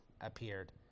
appeared